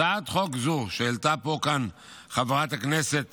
הצעת חוק זו שהעלתה כאן חברת הכנסת